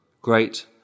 Great